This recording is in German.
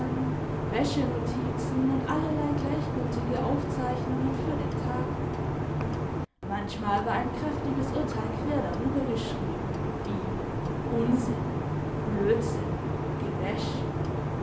wäschenotizen und allerlei gleichgültige aufzeichnungen für den tag manchmal war ein kräftiges urteil quer darüber geschrieben wie unsinn blödsinn gewäsch